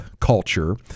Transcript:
culture